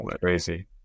Crazy